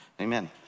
Amen